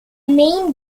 main